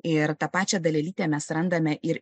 ir tą pačią dalelytę mes randame ir